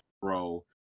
Bro